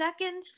second